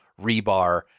rebar